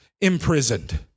imprisoned